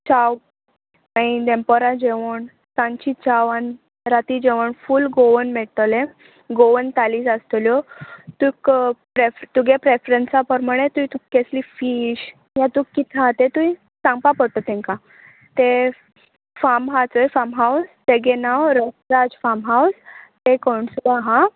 चाव मागीर देमपोरां जेवण सांची चाव आनी राती जेवण फूल गोवन मेळटले गोवन तालीज आसतल्यो तुका प्रेफ तुगे प्रेफ्रंसा पोरमोणे तुयें तुका केसली फीश या तुका कित हा ते तुवें सांगपा पोडटा तांकां ते फार्म हा चोय फार्म हावज तेगे नांव रसराज फार्म हावस ते कोणसोवा आहा